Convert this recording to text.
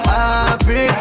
happy